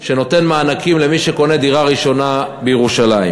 שנותן מענקים למי שקונה דירה ראשונה בירושלים.